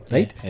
Right